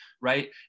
Right